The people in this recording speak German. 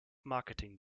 marketing